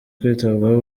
kwitabwaho